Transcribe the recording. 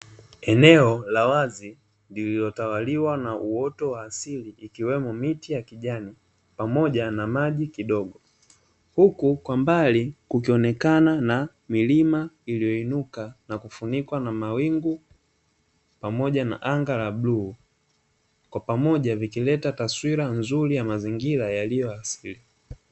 Eneo la wazi lililotawaliwa na uoto wa asili ikiwemo miti ya kijani pamoja na maji kidogo, huku kwa mbali kukionekana na milima iliyoinuka na kufunikwa na mawingu pamoja na anga la bluu, kwa pamoja vikileta taswira nzuri ya mazingira yaliyo ya asili.